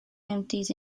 empties